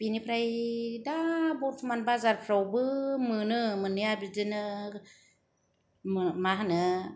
बिनिफ्राय दा दासानदि बाजारफ्रावबो मोनो मोननाया बिदिनो मा होनो